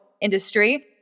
industry